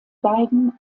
beiden